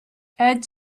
add